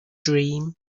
dream